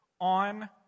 on